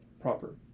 proper